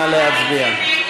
נא להצביע.